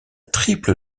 triple